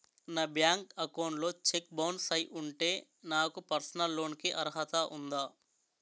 నా bank account లో check bounce అయ్యి ఉంటే నాకు పర్సనల్ లోన్ కీ అర్హత ఉందా?